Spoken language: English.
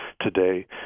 today